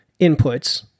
inputs